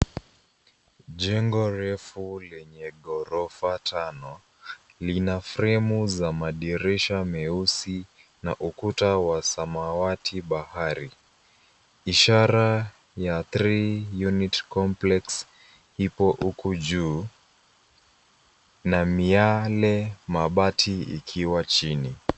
Jengo refu lenye ghorofa tano, lina fremu za madirisha meusi, na ukuta wa samawati bahari. Ishara ya three unit complex ipo huku juu, na miale, mabati ikiwa chini.